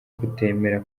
kutemera